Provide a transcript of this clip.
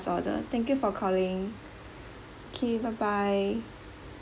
order thank you for calling okay bye bye